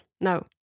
No